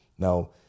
Now